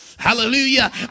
Hallelujah